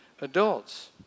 Adults